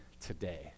today